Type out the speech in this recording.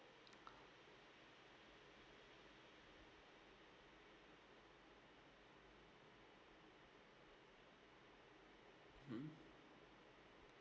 mm